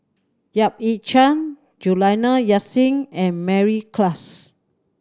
Yap Ee Chian Juliana Yasin and Mary Klass